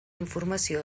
informació